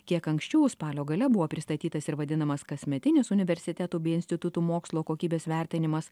kiek anksčiau spalio gale buvo pristatytas ir vadinamas kasmetinis universitetų bei institutų mokslo kokybės vertinimas